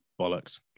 bollocks